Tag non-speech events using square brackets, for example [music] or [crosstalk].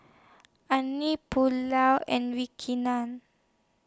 Unagi Pulao and [unintelligible]